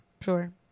Sure